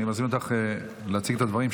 אני מזמין אותך להציג את הדברים.